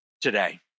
today